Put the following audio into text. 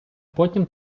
потім